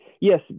yes